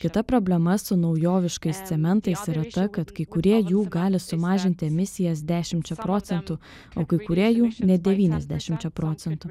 kita problema su naujoviškais cementais yra ta kad kai kurie jų gali sumažinti emisijas dešimčia procentų o kai kurie jų net devyniasdešimčia procentų